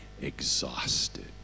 exhausted